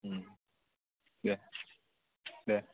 दे दे